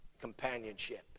companionship